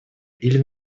или